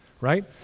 right